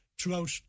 throughout